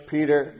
Peter